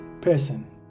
Person